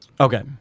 Okay